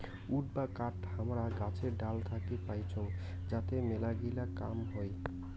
would বা কাঠ হামারা গাছের ডাল থাকি পাইচুঙ যাতে মেলাগিলা কাম হই